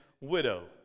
widow